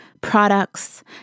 products